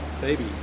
baby